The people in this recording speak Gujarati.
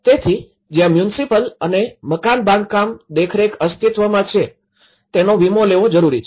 તેથી જ્યાં મ્યુનિસિપલ અને મકાન બાંધકામ દેખરેખ અસ્તિત્વમાં છે તેનો વીમો લેવો જરૂરી છે